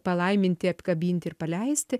palaiminti apkabinti ir paleisti